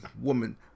woman